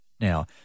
now